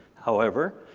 however,